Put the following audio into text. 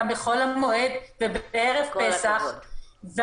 בחול המועד ובערב פסח.